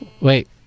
Wait